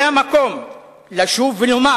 זה המקום לשוב ולומר